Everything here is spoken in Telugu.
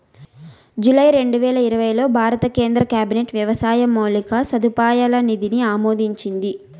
జూలై రెండువేల ఇరవైలో భారత కేంద్ర క్యాబినెట్ వ్యవసాయ మౌలిక సదుపాయాల నిధిని ఆమోదించింది